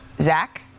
Zach